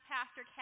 Pastor